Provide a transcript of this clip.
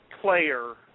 player